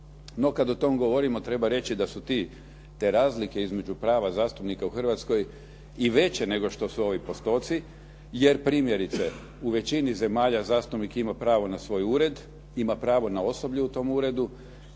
kad o tome govorimo treba reći da su te razlike između prava zastupnika u Hrvatskoj i veće nego što su ovi postoci jer primjerice u većini zemalja zastupnik ima pravo na svoj ured, ima pravo na osoblje u tom uredu.